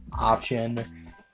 option